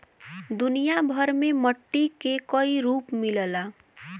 दुनिया भर में मट्टी के कई रूप मिलला